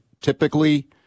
typically